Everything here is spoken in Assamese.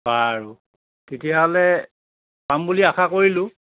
বাৰু তেতিয়াহ'লে পাম বুলি আশা কৰিলোঁ